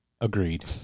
Agreed